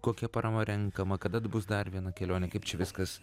kokia parama renkama kada bus dar viena kelionė kaip čia viskas